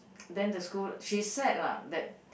then the school she sad lah that